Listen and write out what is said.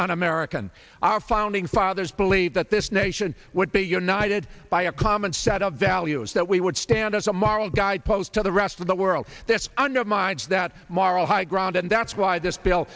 un american our founding fathers believe that this nation would be united by a common set of values that we would stand as a model guidepost to the rest of the world this undermines that moral high ground and that's why this bill